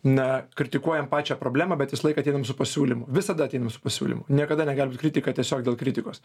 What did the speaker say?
ne kritikuojam pačią problemą bet visą laiką ateinam su pasiūlymu visada ateinam su pasiūlymu niekada negalima sakyti kad tiesiog dėl kritikos